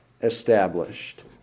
established